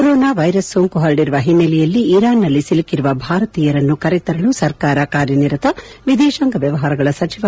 corona virus ಸೋಂಕು ಹರಡಿರುವ ಹಿನ್ನೆಲೆಯಲ್ಲಿ ಇರಾನ್ ನಲ್ಲಿ ಸಿಲುಕಿರುವ ಭಾರತೀಯರನ್ನು ಕರೆತರಲು ಸರ್ಕಾರ ಕಾರ್ಯನಿರತ ವಿದೇಶಾಂಗ ವ್ವವಹಾರಗಳ ಸಚಿವ ಎಸ್